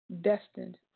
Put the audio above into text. destined